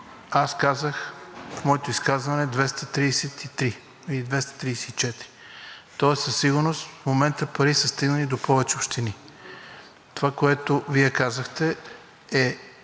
общини. В моето изказване казах 233 или 234. Тоест със сигурност в момента пари са стигнали до повече общини. Това, което Вие казахте, е